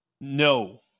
No